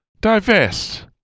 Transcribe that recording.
Divest